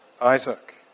Isaac